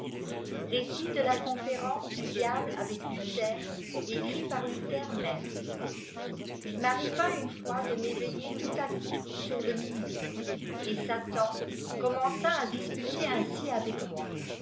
rmt de ta conférence du diable avec luther écrit par luther même il m arriva une fois de m'évîuer tout à coup sur le minuit et satan commença à disputer ainsi avec moi